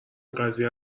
قضیه